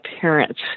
parents